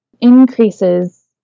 increases